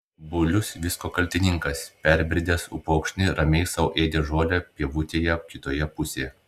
bulius visko kaltininkas perbridęs upokšnį ramiai sau ėdė žolę pievutėje kitoje pusėje